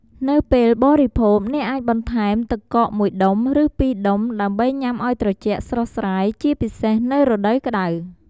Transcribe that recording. នៅពេលបរិភោគ អ្នកអាចបន្ថែម ទឹកកក មួយដុំ ឬពីរដុំ ដើម្បីញ៉ាំឱ្យត្រជាក់ស្រស់ស្រាយ ជាពិសេសនៅរដូវក្ដៅ។